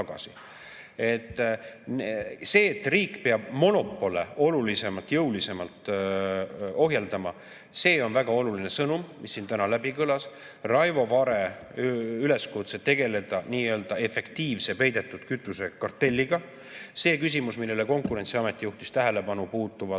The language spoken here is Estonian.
See, et riik peab monopole märksa jõulisemalt ohjeldama, on väga oluline sõnum, mis siin täna kõlas. Raivo Vare üleskutse tegeleda nii-öelda efektiivse peidetud kütuse kartelliga, see küsimus, millele Konkurentsiamet juhtis tähelepanu puutuvalt